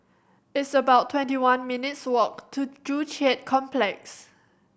it's about twenty one minutes' walk to Joo Chiat Complex